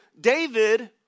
David